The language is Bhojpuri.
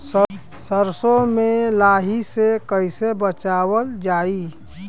सरसो में लाही से कईसे बचावल जाई?